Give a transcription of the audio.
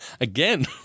Again